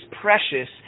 precious